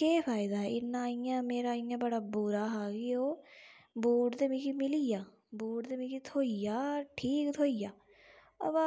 केह् फायदा मेरा इ'यां बड़ा बुरा हा ओह् बूट ते मिगी मिली गेआ बूट ते मिगी थ्होई गेआ ठीक थ्होई गेआ़ अवा